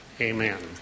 amen